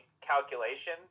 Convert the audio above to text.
calculation